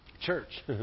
Church